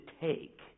take